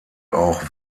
auch